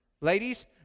Ladies